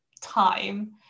time